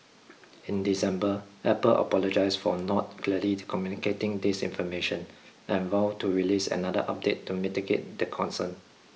in December Apple apologised for not clearly communicating this information and vowed to release another update to mitigate the concern